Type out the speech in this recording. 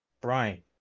Brian